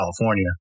california